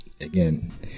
again